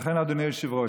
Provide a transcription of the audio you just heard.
לכן אדוני היושב-ראש,